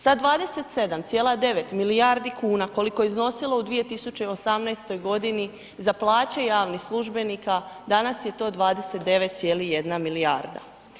Sa 27,9 milijardi kuna koliko je iznosilo u 2018. godini za plaće javnih službenika, danas je to 29,1 milijarda.